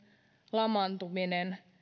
lamaantuminen